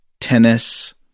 tennis